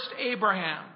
Abraham